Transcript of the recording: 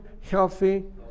healthy